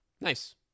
Nice